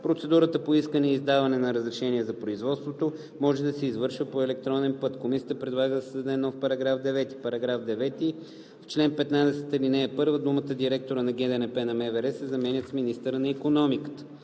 Процедурата по искане и издаване на разрешение за производство може да се извършва по електронен път.“ Комисията предлага да се създаде нов § 9: „§ 9. В чл. 15, ал. 1 думите „директора на ГДНП на МВР“ се заменят с „министъра на икономиката“.“